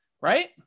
right